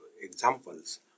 examples